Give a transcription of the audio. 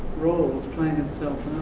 it's playing itself